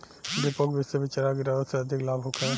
डेपोक विधि से बिचरा गिरावे से अधिक लाभ होखे?